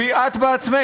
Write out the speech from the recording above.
והיא את בעצמך.